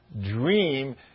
dream